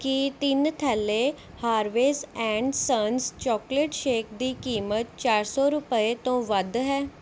ਕੀ ਤਿੰਨ ਥੈਲੈ Harveys and Sons chocolate shake ਦੀ ਕੀਮਤ ਚਾਰ ਸੌ ਰੁਪਏ ਤੋਂ ਵੱਧ ਹੈ